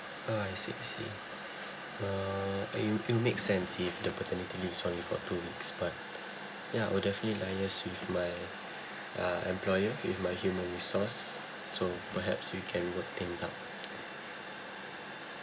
oh I see I see uh it'll it'll make sense if the paternity leave is only for two weeks but yeah I'll definitely liaise with my uh employer with my human resource so perhaps we can work things out